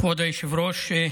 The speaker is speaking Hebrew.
כבוד היושב-ראש,